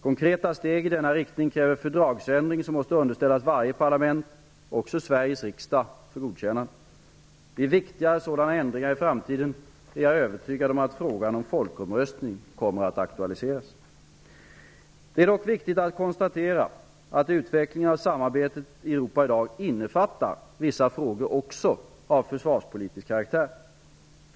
Konkreta steg i denna riktning kräver fördragsändringar som måste underställas varje parlament, också Sveriges riksdag, för godkännande. Vid viktigare sådana ändringar i framtiden är jag övertygad om att frågan om folkomröstning kommer att aktualiseras. Det är dock viktigt att konstatera att utvecklingen av samarbetet i Europa i dag innefattar vissa frågor också av försvarspolitisk karaktär.